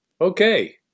okay